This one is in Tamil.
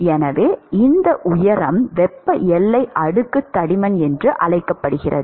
எனவே இந்த உயரம் வெப்ப எல்லை அடுக்கு தடிமன் என்று அழைக்கப்படுகிறது